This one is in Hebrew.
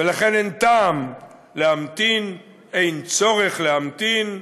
ולכן אין טעם להמתין, אין צורך להמתין.